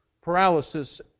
paralysis